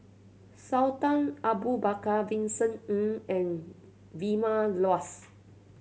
Sultan Abu Bakar Vincent Ng and Vilma Laus